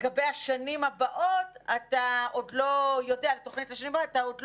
לגבי השנים הבאות אתה עוד לא יודע בגלל